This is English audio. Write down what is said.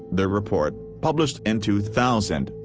their report, published in two thousand,